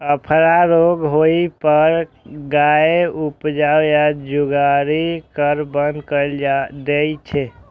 अफरा रोग होइ पर गाय पाउज या जुगाली करब बंद कैर दै छै